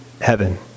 heaven